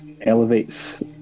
elevates